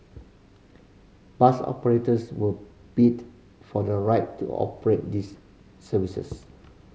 bus operators will bid for the right to operate these services